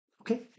Okay